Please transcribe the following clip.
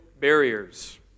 barriers